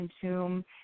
consume